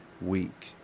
week